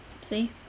See